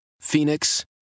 Phoenix